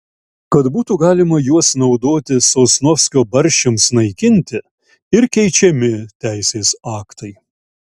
kad būtų galima juos naudoti sosnovskio barščiams naikinti ir keičiami teisės aktai